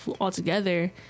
altogether